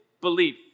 belief